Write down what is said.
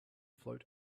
float